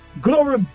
glory